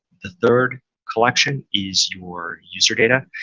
the third collection is your user data,